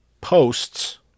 posts